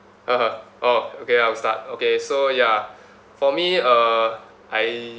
(uh huh) oh okay I'll start okay so ya for me uh I